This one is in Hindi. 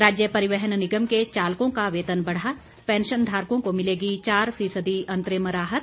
राज्य परिवहन निगम के चालकों का वेतन बढ़ा पैंशनधारकों को मिलेगी चार फीसदी अंतरिम राहत